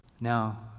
now